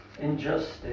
injustice